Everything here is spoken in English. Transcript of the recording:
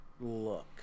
look